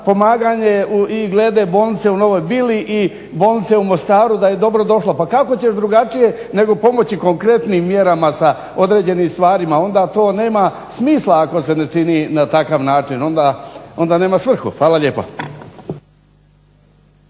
pomaganje i glede bolnice u Novoj Bili i bolnice u Mostaru da je dobrodošlo. Pa kako će drugačije nego pomoći konkretnim mjerama sa određenim stvarima. Onda to nema smisla ako se ne čini na takav način, onda nema svrhu. Hvala lijepa.